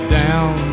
down